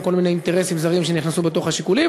כל מיני אינטרסים זרים שנכנסו בתוך השיקולים,